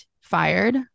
fired